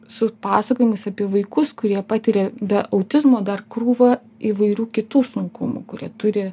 su pasakojimais apie vaikus kurie patiria be autizmo dar krūvą įvairių kitų sunkumų kurie turi